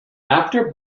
after